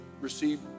receive